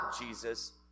Jesus